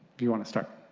if you want to start.